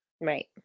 Right